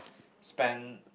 spend